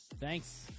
Thanks